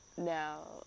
now